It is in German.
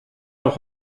doch